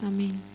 Amen